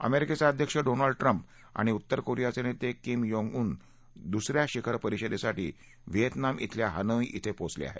अमेरिकेचे अध्यक्ष Donald Trump आणि उत्तर कोरियाचे नेते किम योंग उन दुस या शिखर परिषदेसाठी व्हिएतनाम ब्रेल्या हनोई िंग पोचले आहेत